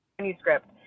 manuscript